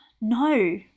no